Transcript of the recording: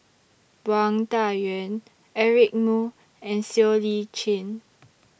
Wang Dayuan Eric Moo and Siow Lee Chin